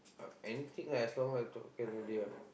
uh anything lah as long laptop can already ah